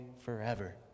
forever